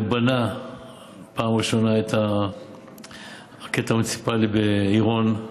הוא בנה בפעם הראשונה את הקטע המוניציפלי בעירון,